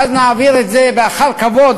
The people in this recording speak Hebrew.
ואז נעביר את זה אחר כבוד,